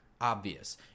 obvious